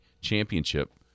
championship